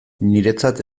niretzat